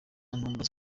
ntumbaze